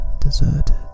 deserted